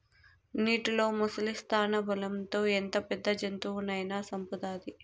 నీటిలో ముసలి స్థానబలం తో ఎంత పెద్ద జంతువునైనా సంపుతాది